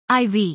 IV